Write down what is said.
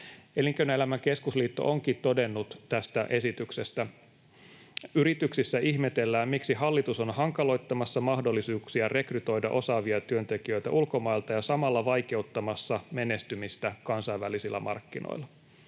Elinkeinoelämän keskusliitto onkin todennut tästä esityksestä: ”Yrityksissä ihmetellään, miksi hallitus on hankaloittamassa mahdollisuuksia rekrytoida osaavia työntekijöitä ulkomailta ja samalla vaikeuttamassa menestymistä kansainvälisillä markkinoilla.”